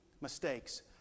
Mistakes